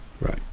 Right